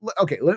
okay